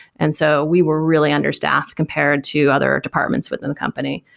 and so we were really understaffed compared to other departments within the company.